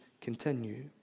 continue